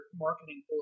marketing